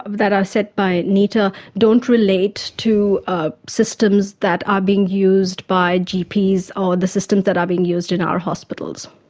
that are set by nehta, don't relate to ah systems that are being used by gps or the systems that are being used by and our hospitals.